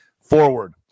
forward